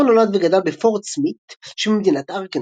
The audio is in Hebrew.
מור נולד וגדל בפורט סמית', שבמדינת ארקנסו.